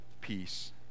peace